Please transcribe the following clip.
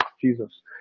jesus